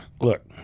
Look